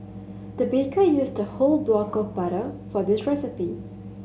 the baker used a whole block of butter for this recipe